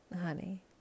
honey